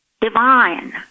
divine